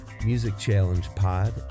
musicchallengepod